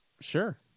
Sure